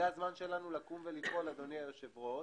זה הזמן שלנו לקום ולפעול, אדוני היושב-ראש,